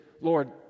Lord